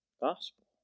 gospel